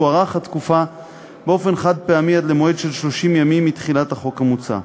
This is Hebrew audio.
תוארך התקופה באופן חד-פעמי עד למועד של 30 ימים מתחילת החוק המוצע.